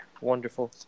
Wonderful